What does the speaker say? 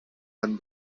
dann